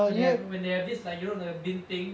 where they where they have this like you know the bin thing